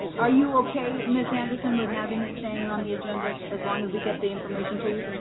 are you okay miss anderson with having it staying on the agenda as long as we get the information to you?